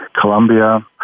Colombia